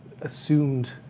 assumed